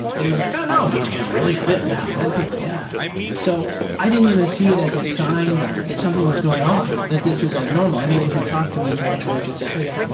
but it was like, oh, no, he's just really fit now. and yeah so i didn't even see it as a sign that something was going on, that this was abnormal. i mean if you talked to me intellectually i could say, oh yeah,